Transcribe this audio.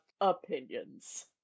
opinions